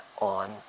on